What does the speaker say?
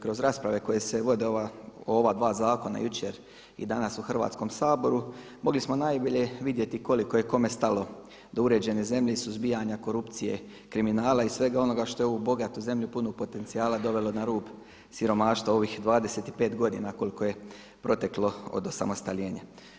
Kroz rasprave koje se vode o ova dva zakona jučer i danas u Hrvatskom saboru mogli smo najbolje vidjeti koliko je kome stalo do uređene zemlje i suzbijanja korupcije kriminala i svega onoga što je ovu bogatu zemlju punu potencijala dovelo na rub siromaštva u ovih 25 godina koliko je proteklo od osamostaljenja.